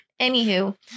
Anywho